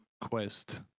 quest